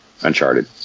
Uncharted